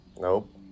Nope